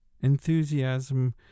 enthusiasm